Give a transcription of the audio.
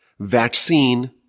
Vaccine